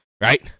Right